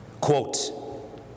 quote